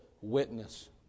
witness